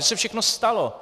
To se všechno stalo.